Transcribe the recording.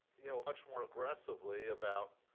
you know, much more aggressively about